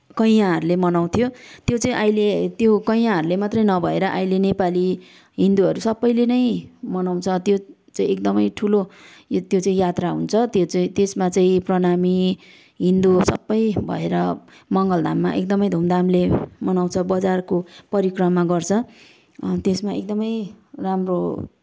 कैयाँहरूले मनाउँथ्यो त्यो चाहिँ अहिले त्यो कैयाँहरूले मात्रै नभएर अहिले नेपाली हिन्दूहरू सबैले नै मनाउँछ त्यो चाहिँ एकदमै ठुलो त्यो चाहिँ यात्रा हुन्छ त्यो चाहिँ त्यसमा चाहिँ प्रणामी हिन्दू सबै भएर मङ्गलधाममा एकदमै धुमधामले मनाउँछ बजारको परिक्रमा गर्छ त्यसमा एकदमै राम्रो